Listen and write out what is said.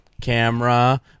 camera